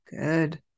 good